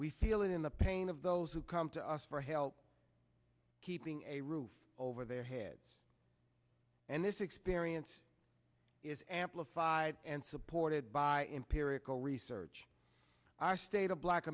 we feel it in the pain of those who come to us for help keeping a roof over their heads and this experience is amplified and supported by empirical research our state of black